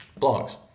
blogs